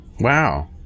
Wow